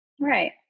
Right